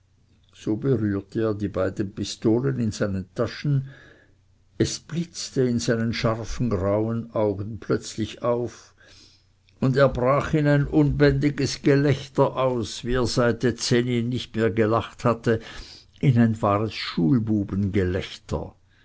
so berührte er die beiden pistolen in seinen taschen es blitzte in seinen scharfen grauen augen plötzlich auf und er brach in ein unbändiges gelächter aus wie er seit dezennien nicht mehr gelacht hatte in ein wahres